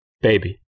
Baby